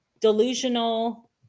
delusional